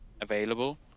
available